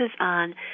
on